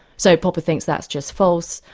so popper thinks that's just false,